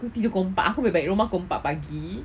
kau tidur kau lambat aku balik ke rumah kau lambat pagi